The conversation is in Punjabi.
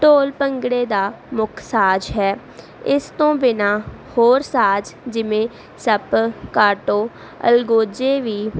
ਢੋਲ ਭੰਗੜੇ ਦਾ ਮੁੱਖ ਸਾਜ਼ ਹੈ ਇਸ ਤੋਂ ਬਿਨਾਂ ਹੋਰ ਸਾਜ਼ ਜਿਵੇਂ ਸੱਪ ਕਾਟੋ ਅਲਗੋਜ਼ੇ ਵੀ